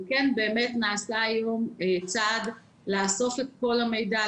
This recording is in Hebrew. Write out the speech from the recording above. כן נעשה היום צעד לאסוף את כל המידע.